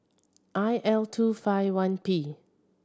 I L two five one P